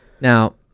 Now